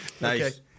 Nice